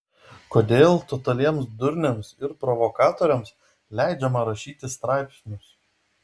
kodėl totaliems durniams ir provokatoriams leidžiama rašyti straipsnius